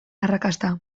arrakasta